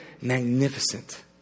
magnificent